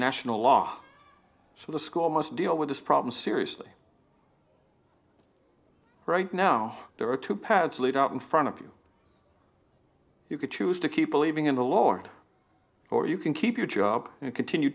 national law so the school must deal with this problem seriously right now there are two paths laid out in front of you you can choose to keep a leaving in the lord or you can keep your job and continue